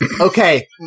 Okay